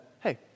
hey